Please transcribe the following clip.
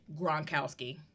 Gronkowski